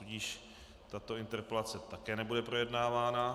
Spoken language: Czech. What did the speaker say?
Tudíž tato interpelace také nebude projednávána.